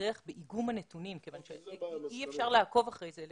להכרח באיגום הנתונים כיוון שאי אפשר לעקוב אחרי זה.